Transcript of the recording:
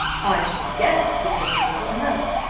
i should guess because he was in love,